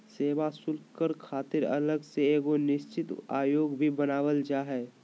सेवा शुल्क कर खातिर अलग से एगो निश्चित आयोग भी बनावल जा हय